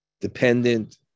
dependent